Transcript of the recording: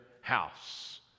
house